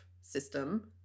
system